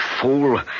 Fool